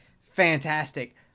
fantastic